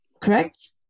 correct